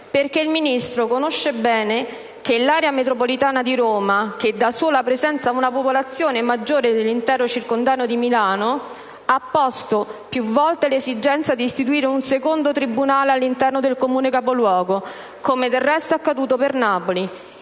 perché il Ministro conosce bene che l'area metropolitana di Roma - che da sola presenta una popolazione maggiore dell'intero circondano di Milano - ha posto più volte l'esigenza di istituire un secondo tribunale all'interno del Comune capoluogo, come del resto è accaduto per Napoli,